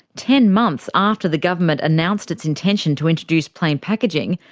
ten months after the government announced its intention to introduce plain packaging,